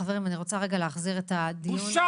חברים, אני רוצה להחזיר את הדיון.